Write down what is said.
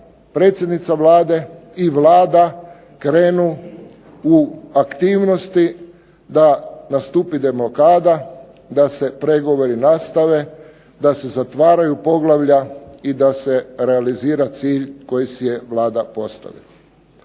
predsjednica Vlade i Vlada krenu u aktivnosti da nastupi deblokada, da se pregovori nastave, da se zatvaraju poglavlja i da se realizira cilj koji si je Vlada postavila.